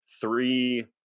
three